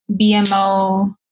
BMO